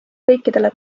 kõikidele